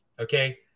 Okay